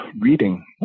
reading